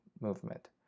movement